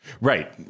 Right